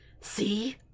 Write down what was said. See